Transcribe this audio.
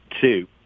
two